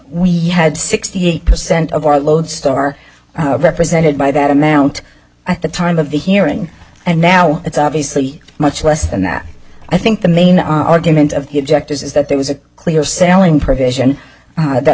we had sixty eight percent of our lodestar represented by that amount at the time of the hearing and now it's obviously much less than that i think the main argument of the object is that there was a clear sailing provision that